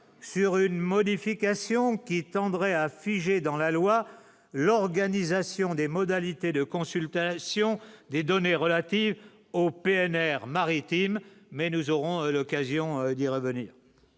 sur une modification qui tendrait à figer dans la loi, l'organisation des modalités de consultation des données relatives au PNR maritime mais nous aurons l'occasion d'y revenir.